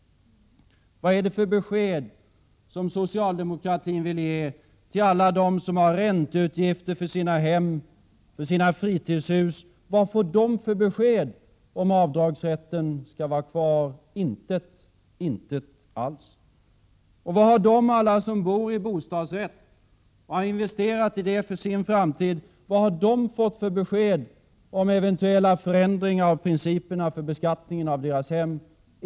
Vilket besked vill socialdemokratin ge till alla dem som har ränteutgifter för sina hem och för sina fritidshus? Vad får de för besked när det gäller om avdragsrätten skall vara kvar eller ej? Inget alls! Vad har alla de som bor i bostadsrätter, och har investerat i dessa för sin framtid, fått för besked om eventuella förändringar av principerna för beskattning av deras hem?